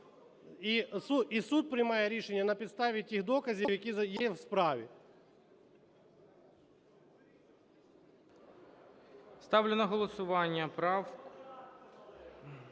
І суд приймає рішення на підставі тих доказів, які є в справі. ГОЛОВУЮЧИЙ. Ставлю на голосування правку